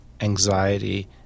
anxiety